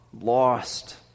lost